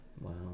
Wow